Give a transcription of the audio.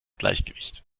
gleichgewicht